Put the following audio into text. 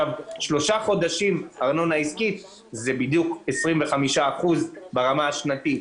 שלושה חודשים ארנונה עסקית זה שווה ערך ל-25% ברמה השנתית.